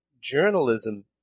journalism